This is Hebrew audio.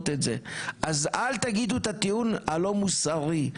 את זה אז אל תגידו את הטיעון הלא מוסרי.